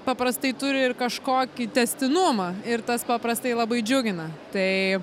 paprastai turi ir kažkokį tęstinumą ir tas paprastai labai džiugina tai